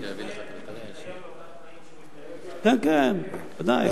מאיר, אתה מקבל את אותם תנאים, כן, כן, בוודאי.